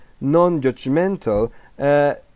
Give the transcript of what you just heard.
non-judgmental